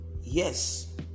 Yes